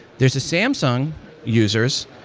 there's the samsung users,